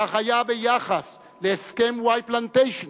כך היה ביחס להסכם "וואי פלנטשיין",